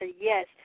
yes